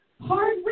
hard